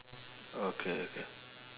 okay okay